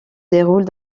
déroulent